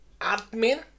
admin